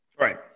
Right